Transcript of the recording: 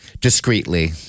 Discreetly